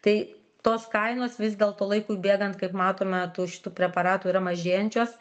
tai tos kainos vis dėlto laikui bėgant kaip matome tų šitų preparatų yra mažėjančios